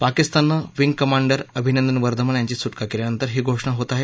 पाकिस्ताननं wing commander Abhinandan Varthaman यांची सुक्रिा केल्यानंतर ही घोषणा होत आहे